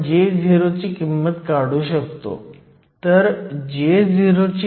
36 x 10 10 आणि 373 kelvin वर current I हा 0